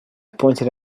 pointed